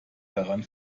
daran